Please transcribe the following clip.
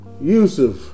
Yusuf